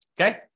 Okay